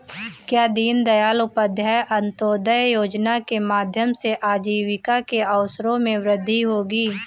क्या दीन दयाल उपाध्याय अंत्योदय योजना के माध्यम से आजीविका के अवसरों में वृद्धि होगी?